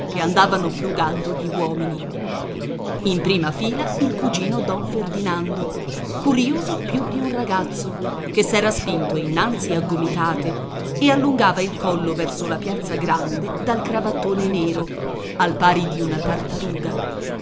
che andavano frugando gli uomini in prima fila il cugino don ferdinando curioso più di un ragazzo che s'era spinto innanzi a gomitate e allungava il collo verso la piazza grande dal cravattone nero al pari di una tartaruga